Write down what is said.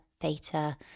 theta